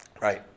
right